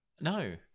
No